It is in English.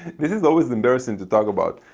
this is always embarrassing to talk about.